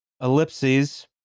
ellipses